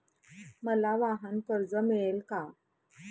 मला वाहनकर्ज मिळेल का?